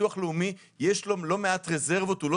לביטוח הלאומי יש לא מעט רזרבות והוא לא